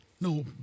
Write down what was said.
No